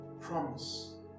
promise